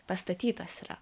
pastatytas yra